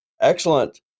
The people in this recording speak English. excellent